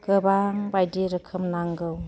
गोबां बायदि रोखोम नांगौ